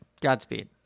Godspeed